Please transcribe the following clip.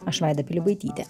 aš vaida pilibaitytė